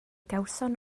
gawson